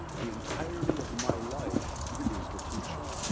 the entirety of my life is the teacher.